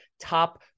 top